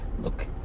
look